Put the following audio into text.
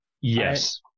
yes